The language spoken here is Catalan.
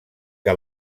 que